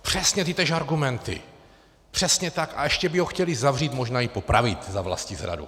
Přesně tytéž argumenty, přesně tak, a ještě by ho chtěli zavřít, možná i popravit za vlastizradu.